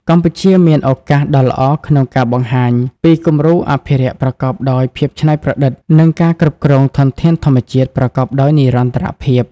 កម្ពុជាមានឱកាសដ៏ល្អក្នុងការបង្ហាញពីគំរូអភិរក្សប្រកបដោយភាពច្នៃប្រឌិត និងការគ្រប់គ្រងធនធានធម្មជាតិប្រកបដោយនិរន្តរភាព។